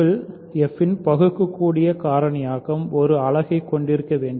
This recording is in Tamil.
f இன் பகுக்கக்கூடிய காரணியாக்கம் ஒரு அலகை கொண்டிருக்க வேண்டும்